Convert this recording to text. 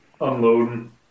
unloading